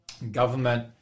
government